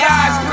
eyes